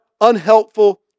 unhelpful